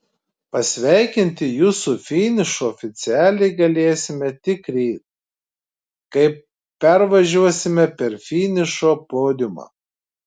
pasveikinti jus su finišu oficialiai galėsime tik ryt kai pervažiuosime per finišo podiumą